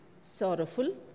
sorrowful